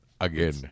Again